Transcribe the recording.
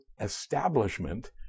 establishment